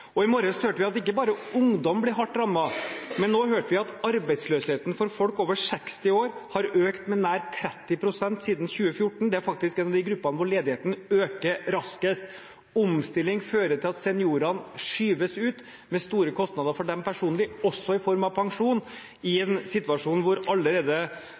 I morges hørte vi at ikke bare ungdom blir hardt rammet, men at arbeidsledigheten blant folk over 60 år har økt med nær 30 pst. siden 2014. Det er faktisk en av de gruppene hvor ledigheten øker raskest. Omstilling fører til at seniorene skyves ut, med store kostnader for dem personlig, også i form av pensjon, i en situasjon hvor pensjonen og realkjøpekraften for pensjonister allerede